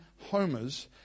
homers